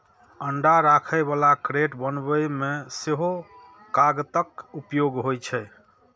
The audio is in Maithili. अंडा राखै बला क्रेट बनबै मे सेहो कागतक उपयोग होइ छै